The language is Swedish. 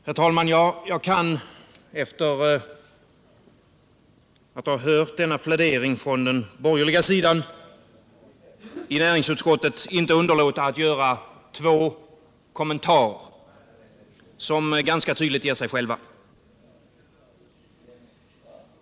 Herr talman! Jag kan efter att hört denna plädering från den borgerliga sidan i näringsutskottet inte underlåta att göra två kommentarer, som ganska tydligt ger sig själva.